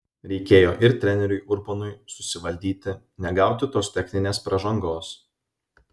reikėjo ir treneriui urbonui susivaldyti negauti tos techninės pražangos